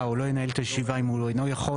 או לא ינהל את הישיבה אם הוא אינו יכול,